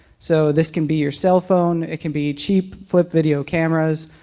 so this can be your cell phone. it can be cheap flip video cameras.